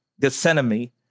Gethsemane